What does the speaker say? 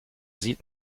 sieht